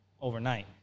overnight